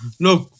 look